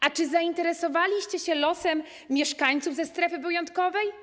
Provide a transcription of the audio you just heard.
A czy zainteresowaliście się losem mieszkańców ze strefy wyjątkowej?